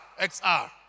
XR